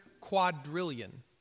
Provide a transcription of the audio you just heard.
quadrillion